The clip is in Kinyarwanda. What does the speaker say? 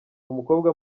umukobwa